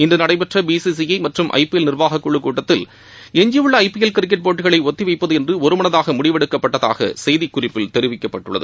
இன்று நடைபெற்ற B C C I மற்றும் ஐ பி எல் நிர்வாகக் குழுக் கூட்டத்தில் எஞ்சியுள்ள ஐ பி எல் கிரிக்கெட் போட்டிகளை ஒத்தி வைப்பது என்று ஒருமனதாக முடிவு எடுக்கப்பட்டதாக செய்திக் குறிப்பில் தெரிவிக்கப்பட்டுள்ளது